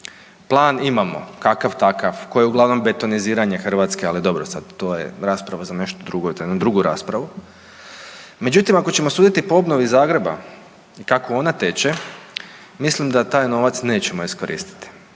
Plan imamo kakav takav koji je uglavnom betoniziranje Hrvatske, ali dobro sad to je rasprava za nešto drugo i za jednu drugu raspravu. Međutim ako ćemo suditi po obnovi Zagreba kako ona teče mislim da taj novac nećemo iskoristiti.